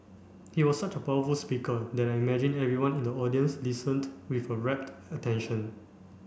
he was such a powerful speaker that I imagine everyone in the audience listened with a rapt attention